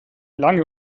lange